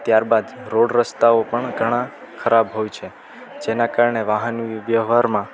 ત્યારબાદ રોડ રસ્તાઓ પણ ઘણા ખરાબ હોય છે જેના કારણે વાહનનું વ્યવહારમાં